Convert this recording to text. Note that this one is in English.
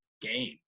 game